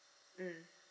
mm